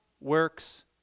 works